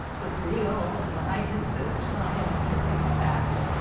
the real of what i consider scientific facts.